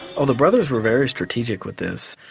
oh the brothers were very strategic with this.